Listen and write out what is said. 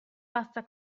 basta